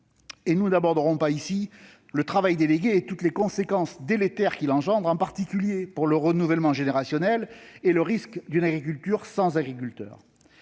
Encore n'évoquerons-nous pas ici le travail délégué et toutes les conséquences délétères qu'il engendre, pour ce qui est en particulier du renouvellement générationnel et du risque d'une agriculture sans agriculteurs.